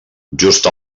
just